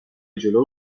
جلو